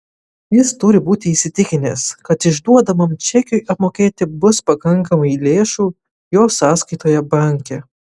jis turi būti įsitikinęs kad išduodamam čekiui apmokėti bus pakankamai lėšų jo sąskaitoje banke